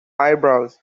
eyebrows